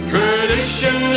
Tradition